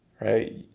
right